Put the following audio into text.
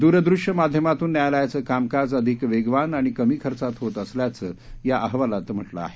दूर दृश्य माध्यमातून न्यायालयांच कामकाज अधिक वेगवान आणि कमी खर्चात होत असल्याच या अहवालात म्हटल आहे